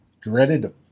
dreaded